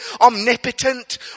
omnipotent